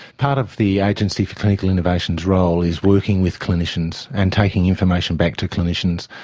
part of the agency for clinical innovation's role is working with clinicians and taking information back to clinicians,